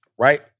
right